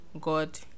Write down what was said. God